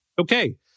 Okay